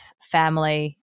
family